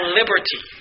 liberty